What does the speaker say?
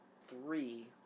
three